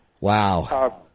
Wow